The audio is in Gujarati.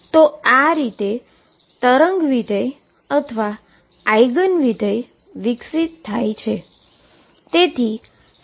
તો આ રીતે વેવ ફંક્શન અથવા આઈગન ફંક્શન વિકસિત થાય છે